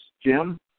Jim